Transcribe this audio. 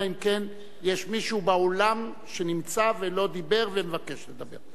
אלא אם כן יש מישהו באולם שנמצא ולא דיבר ומבקש לדבר.